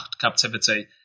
captivity